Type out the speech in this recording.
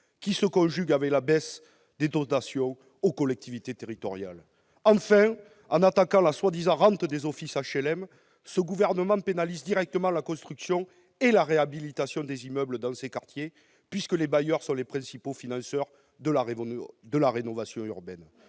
qui se conjugue avec la baisse des dotations aux collectivités territoriales ? Enfin, en attaquant la prétendue rente des offices d'HLM, ce gouvernement pénalise directement la construction et la réhabilitation des immeubles dans ces quartiers, puisque les bailleurs sont les principaux financeurs de la rénovation urbaine.